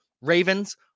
Ravens